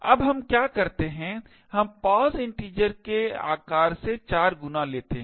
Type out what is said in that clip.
अब हम क्या करते हैं हम pos integers के आकार से 4 गुना लेते हैं